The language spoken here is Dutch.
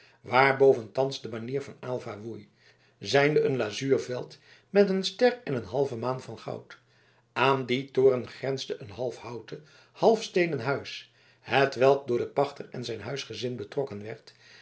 waarboven thans de banier van aylva woei zijnde een lazuur veld met een ster en een halve maan van goud aan dien toren grensde een half houten half steenen huis hetwelk door den pachter en zijn huisgezin betrokken werd